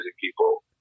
people